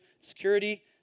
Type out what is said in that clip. Security